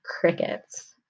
crickets